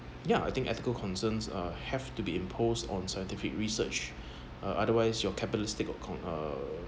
yeah I think ethical concerns are have to be imposed on scientific research uh otherwise you're capitalistic of con~ uh